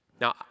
Now